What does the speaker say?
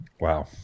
Wow